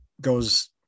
goes